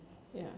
ya